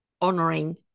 honoring